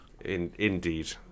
Indeed